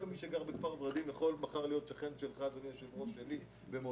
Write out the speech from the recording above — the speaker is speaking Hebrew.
כל מי שגר בכפר ורדים יכול להיות מחר שכן שלך או שכן שלי במודיעין.